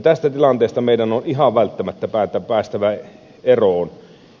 tästä tilanteesta meidän on ihan välttämättä päästävä eroon